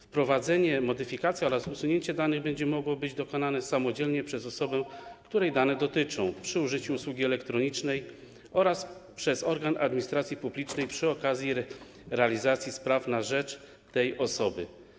Wprowadzenie, modyfikacja oraz usunięcie danych będzie mogło być dokonane samodzielnie przez osobę, której dane dotyczą, przy użyciu usługi elektronicznej oraz przez organ administracji publicznej przy okazji realizacji spraw na rzecz tej osoby.